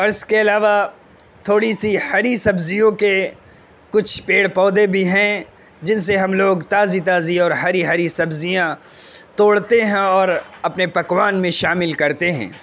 اور اس کے علاوہ تھوڑی سی ہری سبزیوں کے کچھ پیڑ پودے بھی ہیں جن سے ہم لوگ تازی تازی اور ہری ہری سبزیاں توڑتے ہیں اور اپنے پکوان میں شامل کرتے ہیں